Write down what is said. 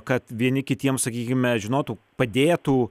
kad vieni kitiems sakykime žinotų padėtų